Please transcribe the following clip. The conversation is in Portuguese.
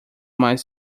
mais